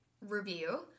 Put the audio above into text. review